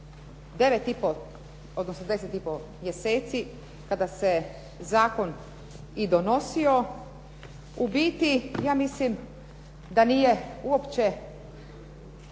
pol odnosno 10 i pol mjeseci kada se zakon i donosio, u biti ja mislim da nije uopće